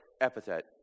epithet